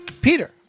Peter